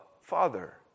Father